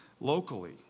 Locally